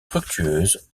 fructueuse